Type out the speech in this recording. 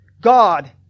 God